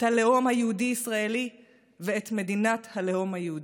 את הלאום היהודי-ישראלי ואת מדינת הלאום היהודי: